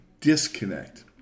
disconnect